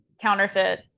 counterfeit